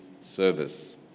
service